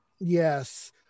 Yes